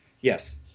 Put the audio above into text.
Yes